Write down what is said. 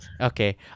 okay